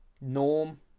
Norm